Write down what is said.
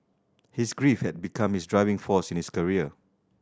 his grief had become his driving force in his career